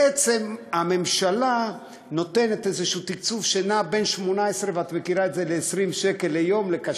בעצם הממשלה נותנת איזשהו תקצוב שנע בין 18 ל-20 שקל לקשיש,